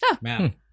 man